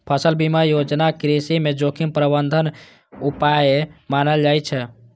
फसल बीमा योजना कृषि मे जोखिम प्रबंधन उपाय मानल जाइ छै